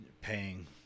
paying